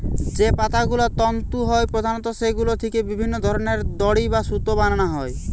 যে পাতাগুলো তন্তু হয় প্রধানত সেগুলো থিকে বিভিন্ন ধরনের দড়ি বা সুতো বানানা হয়